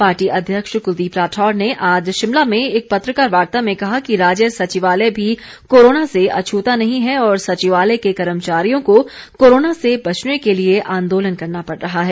party अध्यक्ष कलदीप राठौर ने आज शिमला में एक पत्रकार वार्ता में कहा कि राज्य सचिवालय भी कोरोना से अछता नहीं है और सचिवालय के कर्मचारियों को कोरोना से बचने के लिए आंदोलन करना पड़ रहा है